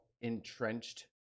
entrenched